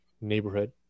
neighborhood